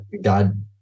God